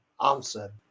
Answer